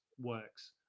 works